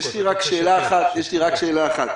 יש לי רק שאלה אחת.